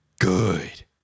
good